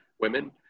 women